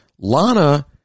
Lana